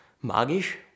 magisch